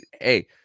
hey